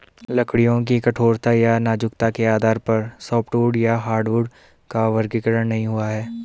लकड़ियों की कठोरता या नाजुकता के आधार पर सॉफ्टवुड या हार्डवुड का वर्गीकरण नहीं हुआ है